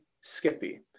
Skippy